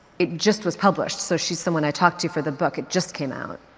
it just was published so she's the one i talked to for the book. it just came out.